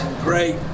great